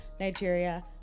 Nigeria